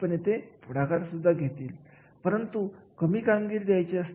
जर एखाद्या कार्यासाठी अधिकार आणि जबाबदारी यात जास्त असतील तर निश्चितपणे येथे मालकीहक्क तयार होतो